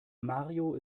mario